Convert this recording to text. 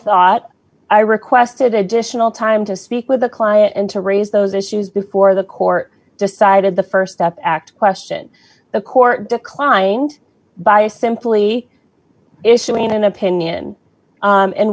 thought i requested additional time to speak with the client and to raise those issues before the court decided the st step act question the court declined by simply issuing an opinion